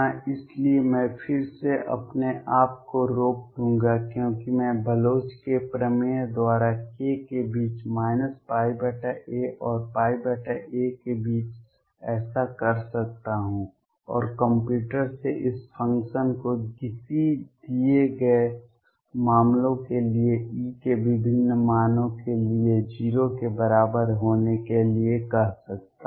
इसलिए मैं फिर से अपने आप को रोक दूंगा क्योंकि मैं बलोच के प्रमेय द्वारा k के बीच a और a के बीच ऐसा कर सकता हूं और कंप्यूटर से इस फ़ंक्शन को किसी दिए गए मामलों के लिए E के विभिन्न मानों के लिए 0 के बराबर होने के लिए कह सकता हूं